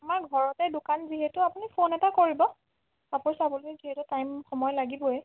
আমাৰ ঘৰতে দোকান যিহেতু আপুনি ফোন এটা কৰিব কাপোৰ চাবলৈ যিহেতু টাইম সময় লাগিবই